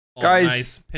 Guys